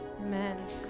Amen